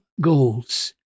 goals